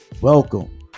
welcome